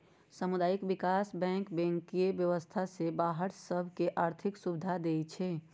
सामुदायिक विकास bank banking व्यवस्था से बाहर के लोग सभ के आर्थिक सुभिधा देँइ छै